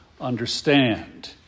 understand